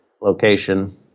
location